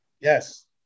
Yes